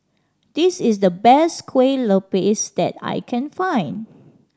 this is the best Kueh Lupis that I can find